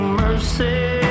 mercy